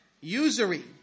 usury